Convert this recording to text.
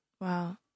Wow